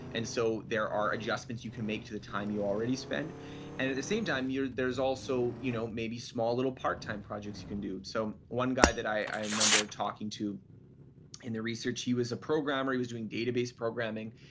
and so there are adjustments you can make to the time you already spend. and at the same time, there's also you know maybe small little part-time projects you can do so one guy that i remember talking to in the research, he was a programmer. he was doing database programming,